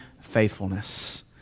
faithfulness